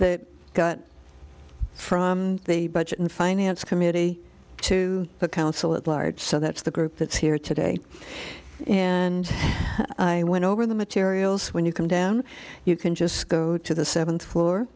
the gut from the budget and finance committee to the council at large so that's the group that's here today and i went over the materials when you come down you can just go to the seventh floor